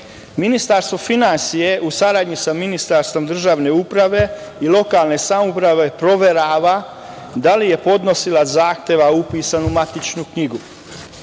Ministarstvo finansija u saradnji sa Ministarstvo državne uprave i lokalne samouprave proverava da li je podnosilac zahteva upisan u matičnu knjigu.